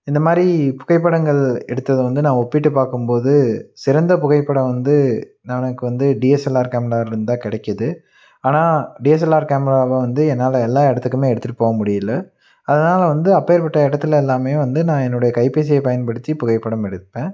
இந்த மாதிரி புகைப்படங்கள் எடுத்ததை வந்து நான் ஒப்பிட்டு பார்க்கும்போது சிறந்த புகைப்படம் வந்து நான் எனக்கு வந்து டிஎஸ்எல்ஆர் கேமராவிலிருந்துதான் கிடைக்குது ஆனால் டிஎஸ்எல்ஆர் கேமராவை வந்து என்னால் எல்லா இடத்துக்குமே எடுத்துட்டு போக முடியலை அதனால வந்து அப்பேருபட்ட இடத்துல எல்லாமே வந்து நான் என்னுடைய கைப்பேசியை பயன்படுத்தி புகைப்படம் எடுப்பேன்